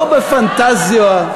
לא בפנטזיה.